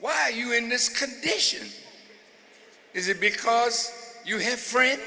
why are you in this condition is it because you have fr